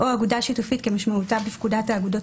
או אגודה שיתופית כמשמעותה בפקודת האגודות